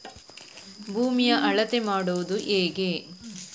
ಭೂಮಿಯ ಅಳತೆ ಮಾಡುವುದು ಹೇಗೆ?